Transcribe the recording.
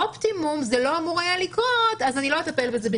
באופטימום זה לא היה אמור לקרות אז אני לא אטפל בזה בכלל.